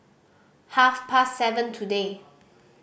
half past seven today